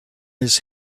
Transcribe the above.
his